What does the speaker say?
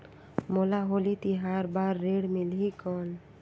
मोला होली तिहार बार ऋण मिलही कौन?